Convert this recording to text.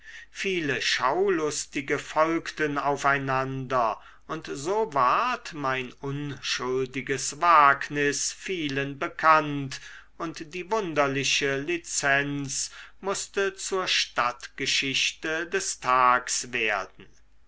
viele schaulustige folgten aufeinander und so ward mein unschuldiges wagnis vielen bekannt und die wunderliche lizenz mußte zur stadtgeschichte des tags werden